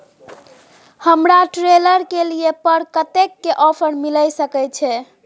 हमरा ट्रेलर के लिए पर कतेक के ऑफर मिलय सके छै?